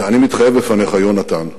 אני מתחייב בפניך, יונתן,